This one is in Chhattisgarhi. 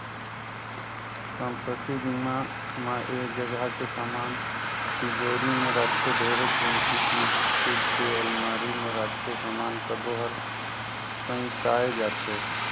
संपत्ति बीमा म ऐ जगह के समान तिजोरी मे राखे ढेरे किमती चीच स्टील के अलमारी मे राखे समान सबो हर सेंइताए जाथे